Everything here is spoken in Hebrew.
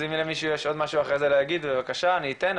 אז אם למישהו יש עוד משהו אחרי זה להגיד אני אתן,